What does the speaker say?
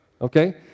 Okay